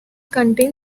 contain